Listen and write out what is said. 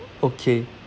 okay